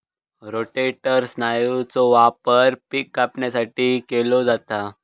rotator स्नायूचो वापर पिक कापणीसाठी केलो जाता